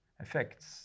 effects